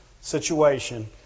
situation